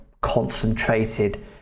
concentrated